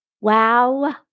Wow